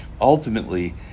Ultimately